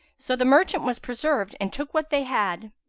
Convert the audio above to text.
so the merchant was preserved and took what they had.